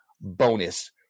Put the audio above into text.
bonus